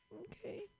Okay